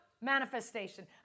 manifestation